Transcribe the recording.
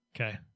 Okay